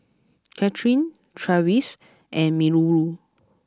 Katherin Travis and Minoru